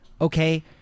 okay